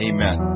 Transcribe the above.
Amen